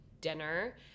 dinner